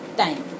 time